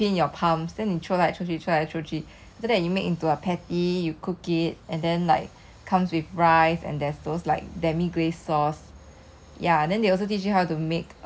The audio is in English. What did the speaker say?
minced meat patty then 他们跟你这样 你把那个 patty right throw among between your palms then 你 throw 来 throw 去 after that you make into a patty you cook it and then like